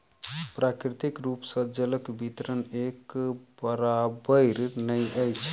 प्राकृतिक रूप सॅ जलक वितरण एक बराबैर नै अछि